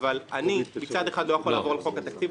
אבל אני מצד אחד לא יכול לעבור על חוק התקציב,